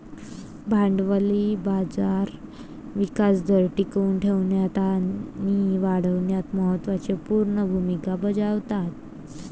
भांडवली बाजार विकास दर टिकवून ठेवण्यात आणि वाढविण्यात महत्त्व पूर्ण भूमिका बजावतात